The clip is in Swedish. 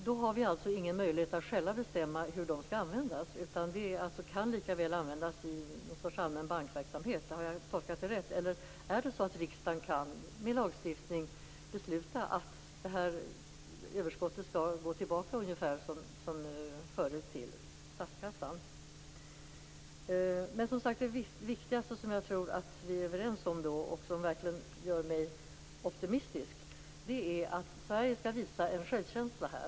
Då har vi alltså ingen möjlighet att själva bestämma hur de skall användas. De kan lika väl användas i någon sorts allmän bankverksamhet. Har jag tolkat det rätt? Eller kan riksdagen med lagstiftning besluta att överskottet skall gå tillbaka till statskassan ungefär som förut? Det viktigaste, som jag tror att vi är överens om och som verkligen gör mig optimistisk, är att Sverige skall visa en självkänsla här.